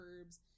herbs